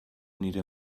nire